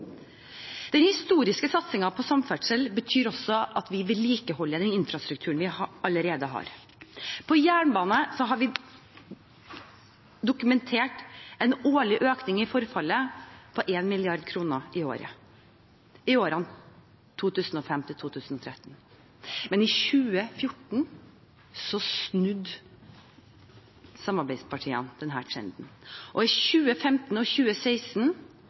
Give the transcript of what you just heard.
Den historiske satsingen på samferdsel betyr også at vi vedlikeholder den infrastrukturen vi allerede har. Når det gjelder jernbane, har vi dokumentert en årlig økning i forfallet på 1 mrd. kr i året i årene 2005–2013. Men i 2014 snudde samarbeidspartiene denne trenden, og i 2015 og 2016